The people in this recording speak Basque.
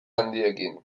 handiekin